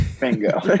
bingo